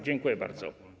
Dziękuję bardzo.